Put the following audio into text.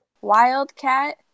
Wildcat